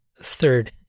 third